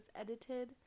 edited